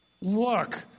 Look